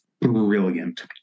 brilliant